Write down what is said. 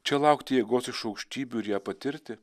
čia laukti jėgos iš aukštybių ir ją patirti